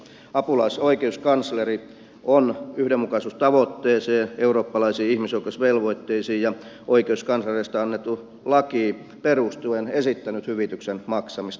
apulaisoikeuskansleri on yhdenmukaisuustavoitteeseen eurooppalaisiin ihmisoikeusvelvoitteisiin ja oikeuskanslereista annettuun lakiin perustuen esittänyt hyvityksen maksamista